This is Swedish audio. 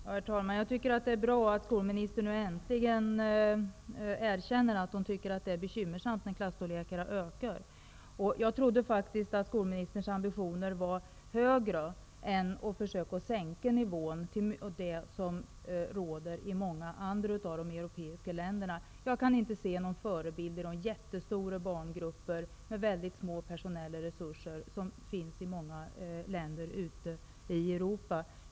Herr talman! Jag tycker att det är bra att skolministern äntligen erkänner att hon tycker att det är bekymmersamt att klasstorlekarna ökar. Men jag trodde att skolministerns ambitioner var större än att vilja sänka nivån till den man har i många andra europeiska länder. Jag kan inte inse att vi som förebild bör ha de jättestora barngrupper med mycket små personella resurser som man har i många länder ute i Europa.